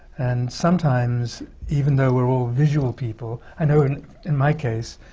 and sometimes, even though we're all visual people, i know and in my case,